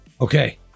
Okay